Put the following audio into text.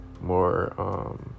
more